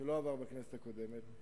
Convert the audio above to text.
הצעת חוק שלא עברה בכנסת הקודמת,